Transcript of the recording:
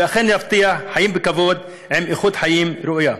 שאכן יבטיח חיים בכבוד עם איכות חיים ראויה.